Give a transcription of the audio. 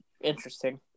Interesting